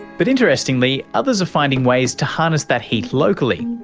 but interestingly, others are finding ways to harness that heat locally,